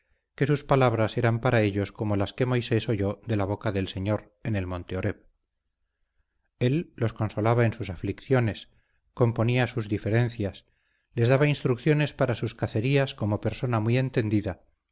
que sus palabras eran para ellos como las que moisés oyó de boca del señor en el monte oreb él los consolaba en sus aflicciones componía sus diferencias les daba instrucciones para sus cacerías como persona muy entendida